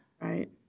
right